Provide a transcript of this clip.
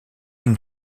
unes